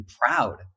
proud